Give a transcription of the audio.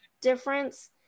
difference